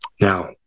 Now